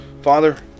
Father